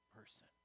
person